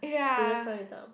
previous one you talk about